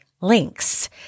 links